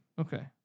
Okay